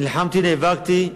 נלחמתי, נאבקתי,